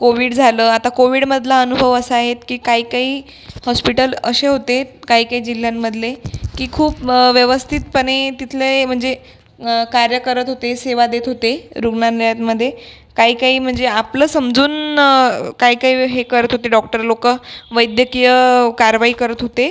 Covid झालं आता कोविडमधला अनुभव असा आहे की काही काही हॉस्पिटल असे होते काही काही जिल्ह्यांमधले की खूप व्यवस्थितपणे तिथले म्हणजे कार्य करत होते सेवा देत होते रुग्णालयांमध्ये काही काही म्हणजे आपलं समजून काही काही हे करत होते डॉक्टर लोक वैद्यकीय कारवाई करत होते